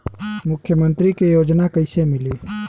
मुख्यमंत्री के योजना कइसे मिली?